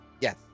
Yes